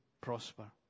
prosper